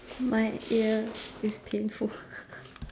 my ear is painful